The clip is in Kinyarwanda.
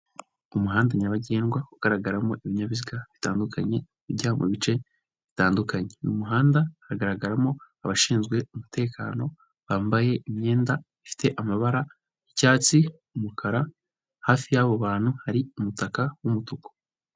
Umuhanda nyabagendwa ugaragaramo ibinyabiziga bitandukanye ujya mu bice bitandukanye. Uyu muhanda hagaragaramo abashinzwe umutekano bambaye imyenda ifite amabara y'icyatsi, umukara, hafi y'abo bantu hari umutaka w'umutuku.